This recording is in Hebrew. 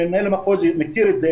ומנהל המחוז מכיר את זה,